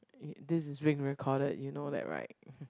this is being recorded you know that right